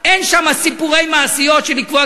אמרתי להם: תחפשו את החברים שלכם עם אובמה,